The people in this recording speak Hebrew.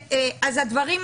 בדיוק.